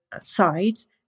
sides